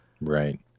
Right